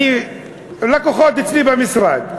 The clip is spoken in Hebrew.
לקוחות אצלי במשרד.